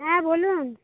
হ্যাঁ বলুন